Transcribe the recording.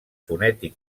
fonètic